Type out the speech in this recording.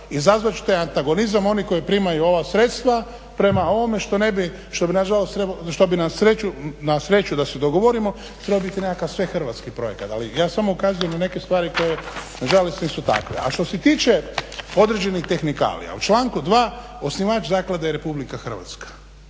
izazvat ćete antagonizam onih koji primaju ova sredstva prema ovome što ne bi, što bi na sreću da se dogovorimo trebao biti nekakav svehrvatski projekat. Ali ja samo ukazujem na neke stvari koje na žalost nisu takve. A što se tiče određenih tehnikalija, u članku 2. osnivač zaklade je Republika Hrvatska.